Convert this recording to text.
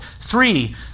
Three